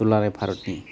दुलाराय भारतनि